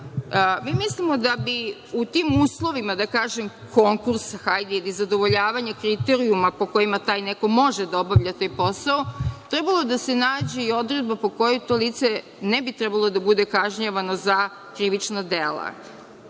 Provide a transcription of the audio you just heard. mislimo da bi u tim uslovima, da kažem konkursa, ili zadovoljavanje kriterijuma po kojima taj neko može da obavlja taj posao, trebalo da se nađe i odredba po kojoj to lice ne bi trebalo da bude kažnjavano za krivična dela.